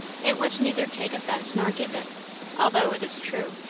it would neither take offence nor give it although, it is true,